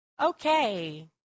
okay